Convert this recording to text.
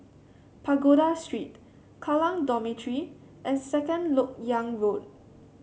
Pagoda Street Kallang Dormitory and Second LoK Yang Road